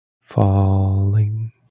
falling